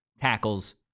tackles